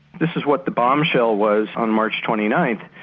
this is what the bombshell was on march twenty ninth.